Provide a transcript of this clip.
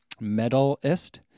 metalist